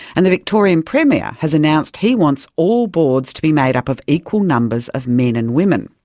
and the victorian premier has announced he wants all boards to be made up of equal numbers of men and women.